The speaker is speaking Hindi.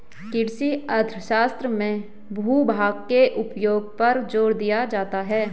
कृषि अर्थशास्त्र में भूभाग के उपयोग पर जोर दिया जाता है